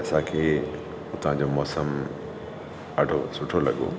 ऐं असांखे उतां जो मौसमु ॾाढो सुठो लॻो